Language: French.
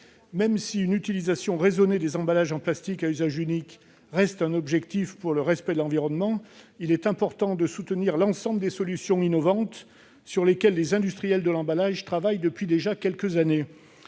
Même si une utilisation raisonnée des emballages en plastique à usage unique reste un objectif pour le respect de l'environnement, il est important de soutenir l'ensemble des solutions innovantes sur lesquelles les industriels de l'emballage travaillent déjà depuis quelques années.